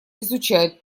изучают